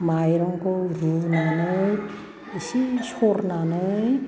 माइरंखौ रुनानै एसे सरनानै